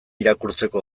irakurtzeko